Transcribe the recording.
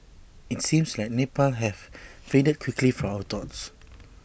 IT seems like Nepal has faded quickly from our thoughts